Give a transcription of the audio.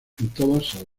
dos